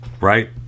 right